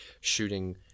shooting